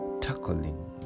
tackling